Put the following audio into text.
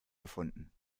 gefunden